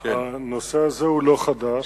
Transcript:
הנושא הזה לא חדש.